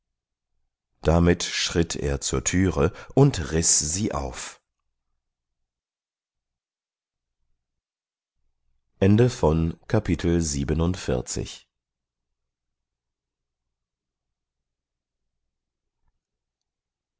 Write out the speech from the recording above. damit schritt er zur türe und riß sie auf